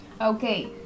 Okay